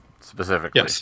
specifically